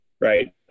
right